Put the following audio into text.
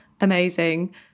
Amazing